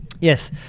yes